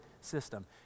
system